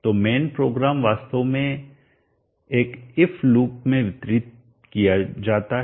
तो main program वास्तव में एक इफ लूप में वितरित किया जाता है